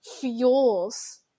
fuels